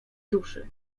duszy